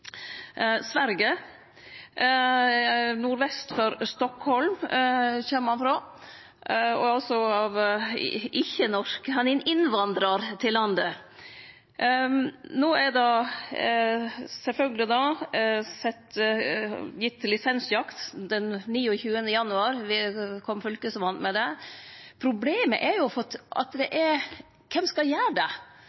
Sverige – nordvest for Stockholm kjem han frå. Han er altså ikkje norsk, han er ein innvandrar til landet. No er det sjølvsagt gitt høve til lisensjakt – den 29. januar kom Fylkesmannen med det. Problemet er: Kven skal gjere det? Desse kommunane har ingen jaktlag. Det